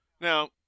Now